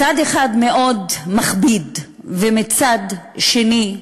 מצד אחד מאוד מכביד, ומצד שני,